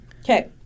okay